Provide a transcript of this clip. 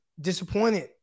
disappointed